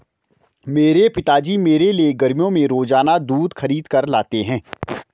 मेरे पिताजी मेरे लिए गर्मियों में रोजाना दूध खरीद कर लाते हैं